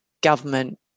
government